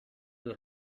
will